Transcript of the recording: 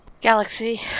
Galaxy